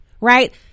right